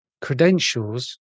credentials